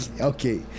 okay